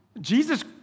Jesus